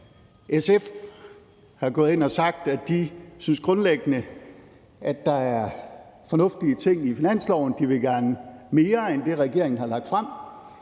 SF er gået ind og har sagt, at de grundlæggende synes, at der er fornuftige ting i forslaget til finanslov. De vil gerne mere end det, regeringen har lagt frem,